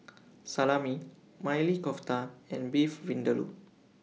Salami Maili Kofta and Beef Vindaloo